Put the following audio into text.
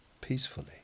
peacefully